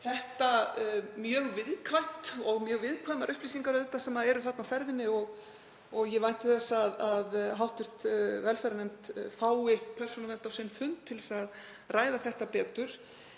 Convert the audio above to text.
þetta mjög viðkvæmt og mjög viðkvæmar upplýsingar sem eru þarna á ferðinni. Og ég vænti þess að hv. velferðarnefnd fái Persónuvernd á sinn fund til að ræða þetta betur.